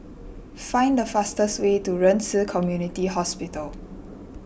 find the fastest way to Ren Ci Community Hospital